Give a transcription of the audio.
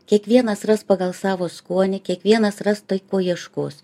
kiekvienas ras pagal savo skonį kiekvienas ras tai ko ieškos